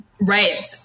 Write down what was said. Right